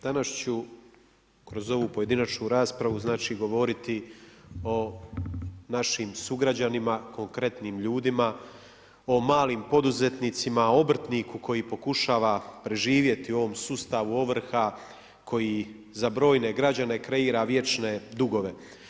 Danas ću kroz ovu pojedinačnu raspravu govoriti o našim sugrađanima, konkretnim ljudima, o malim poduzetnicima, obrtniku koji pokušava preživjeti u ovom sustavu ovrha koji za brojne građane kreira vječne dugove.